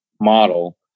model